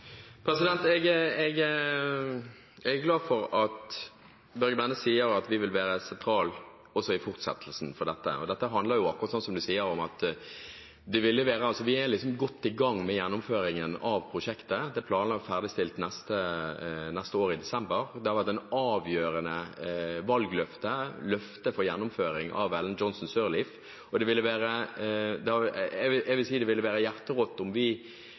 Jeg er glad for at Børge Brende sier at vi vil være sentrale også i fortsettelsen her. Dette handler jo – akkurat slik utenriksministeren sier – om at vi er godt i gang med gjennomføringen av prosjektet, som er planlagt ferdigstilt i desember neste år. Det har vært et avgjørende valgløfte, et løfte om gjennomføring, fra Ellen Johnson Sirleaf, og jeg vil si at det ville være hjerterått om vi så å si på oppløpssiden skulle hoppe av, når vi